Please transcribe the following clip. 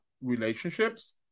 relationships